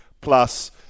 plus